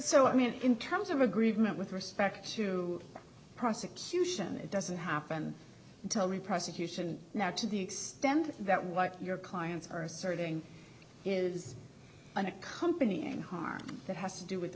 so i mean in terms of agreement with respect to prosecution it doesn't happen until the prosecution not to the extent that what your clients are asserting is an accompanying harm that has to do with